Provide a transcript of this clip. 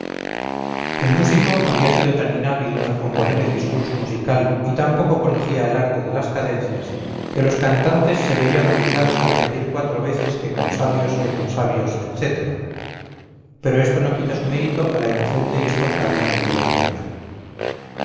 el músico había sido tan inhábil al componer el discurso musical y tan poco conocía el arte de las cadencias que los cantantes se veían obligados a repetir cuatro veces que con sabios que con sabios etc pero esto no quita su mérito a la inocente y espontánea alegría popular